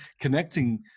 connecting